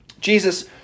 Jesus